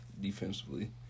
defensively